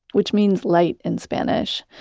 which means light in spanish.